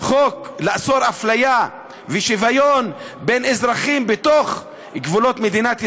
חוק לאסור אפליה ולהחיל שוויון בין אזרחים בתוך גבולות מדינת ישראל,